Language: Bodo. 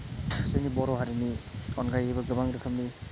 जोंनि बर' हारिनि अनगायैबो गोबां रोखोमनि